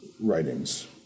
writings